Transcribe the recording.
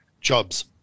jobs